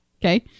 Okay